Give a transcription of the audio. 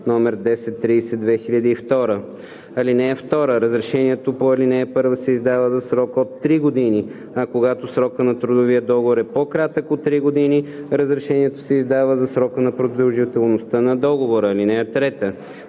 № 1030/2002. (2) Разрешението по ал. 1 се издава за срок от три години, а когато срокът на трудовия договор е по-кратък от три години, разрешението се издава за срока на продължителността на договора. (3)